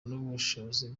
n’ubushobozi